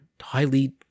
highly